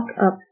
up